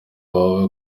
wawe